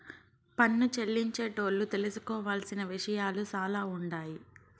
పన్ను చెల్లించేటోళ్లు తెలుసుకోవలసిన విషయాలు సాలా ఉండాయి